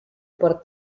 por